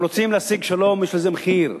אם רוצים להשיג שלום, יש לזה מחיר.